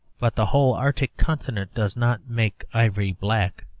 but the whole arctic continent does not make ivory black.